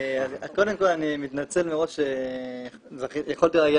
קודם כל אני מתנצל מראש שיכולתי להגיע